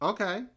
Okay